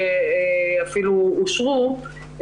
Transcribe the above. ואפילו אושרו,